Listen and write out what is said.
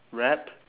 rap